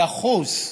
דחוס.